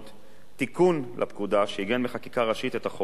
תיקון לפקודה שעיגן בחקיקה ראשית את החובה לכלול